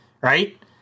right